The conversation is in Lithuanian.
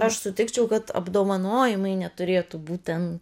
aš sutikčiau kad apdovanojimai neturėtų būt ten